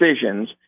decisions